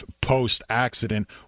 post-accident